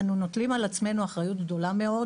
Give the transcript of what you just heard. אנו נוטלים על עצמנו אחריות גדולה מאוד